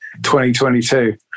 2022